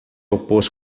opôs